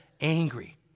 angry